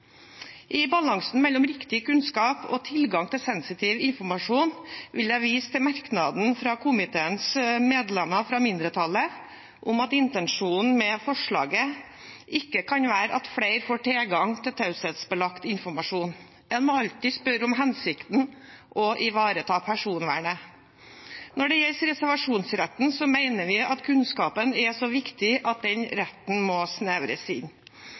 i vegtrafikkloven. I balansen mellom riktig kunnskap og tilgang til sensitiv informasjon vil jeg vise til merknaden fra mindretallet i komiteen om at intensjonen med forslaget ikke kan være at flere får tilgang til taushetsbelagt informasjon. En må alltid spørre om hensikten og ivareta personvernet. Når det gjelder reservasjonsretten, mener vi at kunnskapen er så viktig at den retten må snevres inn.